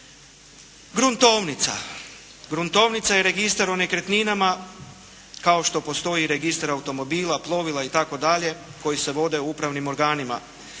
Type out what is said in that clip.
Gruntovnica. Gruntovnica je registar o nekretninama. Kao što postoji registar automobila, plovila itd. koji se vode u upravnim organima.